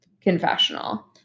confessional